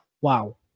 wow